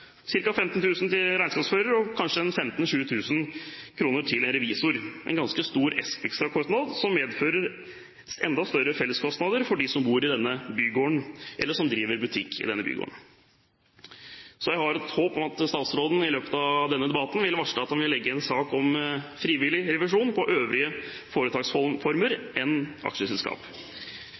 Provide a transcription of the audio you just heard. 000 kr til regnskapsfører og kanskje 15 000–20 000 kr til revisor. Det er en ganske stor ekstrakostnad, som medfører enda større felleskostnader for dem som bor i denne bygården, eller som driver butikk der. Så jeg har et håp om at statsråden i løpet av denne debatten vil varsle at han vil legge fram en sak om frivillig revisjon for andre foretaksformer enn